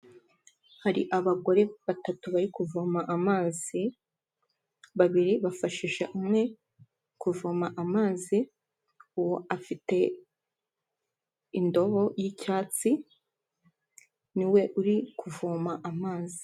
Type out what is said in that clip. Hari abagore batatu bari kuvoma amazi, babiri bafashije umwe kuvoma amazi, uwo afite indobo y'icyatsi ni we uri kuvoma amazi.